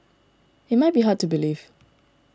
it might be hard to believe